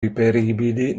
reperibili